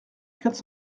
quatre